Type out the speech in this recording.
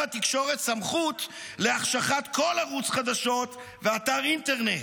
התקשורת סמכות להחשכת כל ערוץ חדשות ואתר אינטרנט,